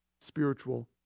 spiritual